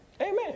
Amen